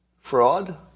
Fraud